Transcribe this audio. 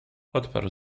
odparł